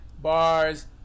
Bars